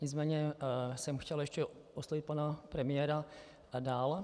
Nicméně jsem chtěl ještě oslovit pana premiéra dál.